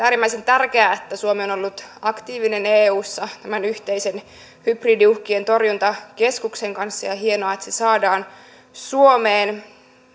äärimmäisen tärkeää että suomi on ollut aktiivinen eussa tämän yhteisen hybridiuhkien torjuntakeskuksen kanssa ja on hienoa että se saadaan suomeen